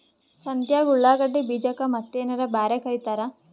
ಸಂತ್ಯಾಗ ಉಳ್ಳಾಗಡ್ಡಿ ಬೀಜಕ್ಕ ಮತ್ತೇನರ ಬ್ಯಾರೆ ಕರಿತಾರ?